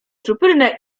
czuprynę